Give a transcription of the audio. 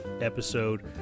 episode